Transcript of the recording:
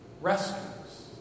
rescues